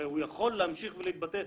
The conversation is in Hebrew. הרי הוא יכול להמשיך ולהתבטא,